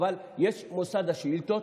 אבל יש מוסד השאילתות,